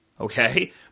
okay